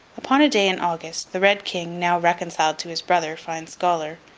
upon a day in august, the red king, now reconciled to his brother, fine scholar,